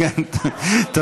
אמרתי לו איך, מה לעשות.